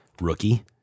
Rookie